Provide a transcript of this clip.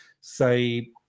say